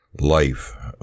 life